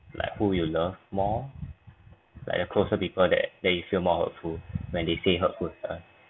like who you love more like the closer people that that you feel more hurtful when they say hurtful stuff